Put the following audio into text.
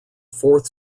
fourth